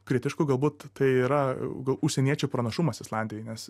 kritišku galbūt tai yra užsieniečio pranašumas islandijoj nes